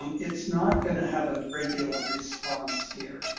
and it's not going to have a great deal of response here.